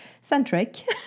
centric